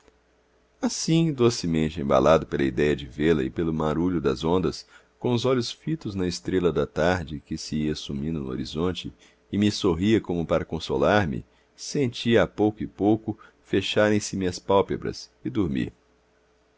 esperança assim docemente embalado pela idéia de vê-la e pelo marulho das ondas com os olhos fitos na estrela da tarde que se ia sumindo no horizonte e me sorria como para consolar-me senti a pouco e pouco fecharem se me as pálpebras e dormi